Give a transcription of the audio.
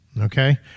Okay